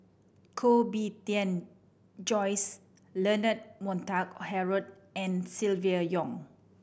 Koh Bee Tuan Joyce Leonard Montague Harrod and Silvia Yong